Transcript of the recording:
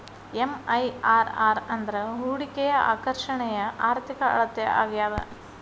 MIRR ಅಂದ್ರ ಹೂಡಿಕೆಯ ಆಕರ್ಷಣೆಯ ಆರ್ಥಿಕ ಅಳತೆ ಆಗ್ಯಾದ